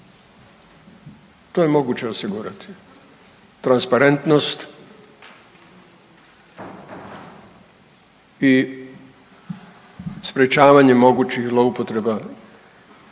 to je moguće osigurati, transparentnost i sprječavanje mogućih zloupotreba